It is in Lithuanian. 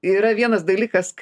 yra vienas dalykas kai